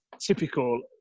typical